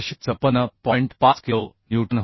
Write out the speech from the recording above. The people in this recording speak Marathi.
5 किलो न्यूटन होती